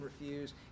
refuse